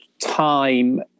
time